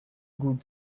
good